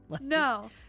No